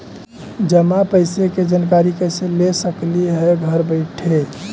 जमा पैसे के जानकारी कैसे ले सकली हे घर बैठे?